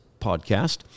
podcast